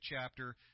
chapter